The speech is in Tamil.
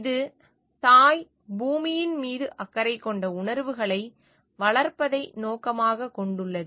இது தாய் பூமியின் மீது அக்கறை கொண்ட உணர்வுகளை வளர்ப்பதை நோக்கமாகக் கொண்டுள்ளது